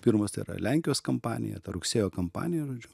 pirmas tai yra lenkijos kampanija ta rugsėjo kampanija žodžiu